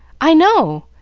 i know!